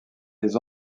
les